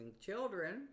children